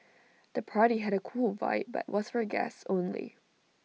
the party had A cool vibe but was for guests only